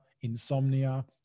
insomnia